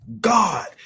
God